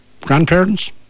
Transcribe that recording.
grandparents